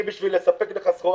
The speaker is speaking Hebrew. אני בשביל לספק לך סחורה,